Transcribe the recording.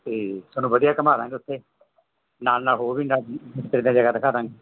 ਅਤੇ ਤੁਹਾਨੂੰ ਵਧੀਆ ਘੁਮਾਦਾਂਗੇ ਉੱਥੇ ਨਾਲ ਨਾਲ ਹੋਰ ਵੀ ਜਗ੍ਹਾ ਦਿਖਾਦਾਂਗੇ